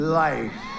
life